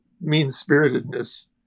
mean-spiritedness